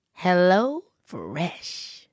HelloFresh